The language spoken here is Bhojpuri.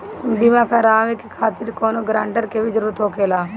बीमा कराने खातिर कौनो ग्रानटर के भी जरूरत होखे ला?